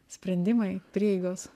sprendimai prieigos